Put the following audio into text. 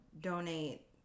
donate